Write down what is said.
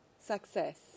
success